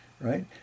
right